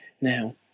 Now